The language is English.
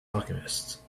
alchemists